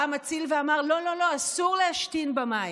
בא המציל ואמר: לא, לא, לא, אסור להשתין במים.